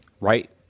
right